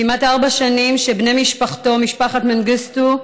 כמעט ארבע שנים שבני משפחתו, משפחת מנגיסטו,